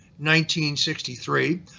1963